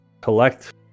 collect